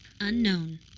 unknown